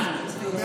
אתה שקרן.